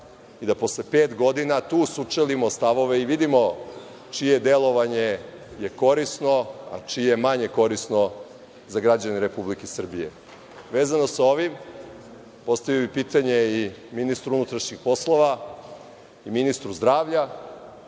i da posle pet godina sučelimo stavove i vidimo čije je delovanje korisno, a čije manje korisno za građane Republike Srbije. Vezano sa ovim, postavio bih pitanje i ministru unutrašnjih poslova i ministru zdravlja,